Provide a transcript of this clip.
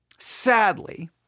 Sadly